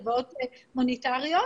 הלוואות מוניטריות,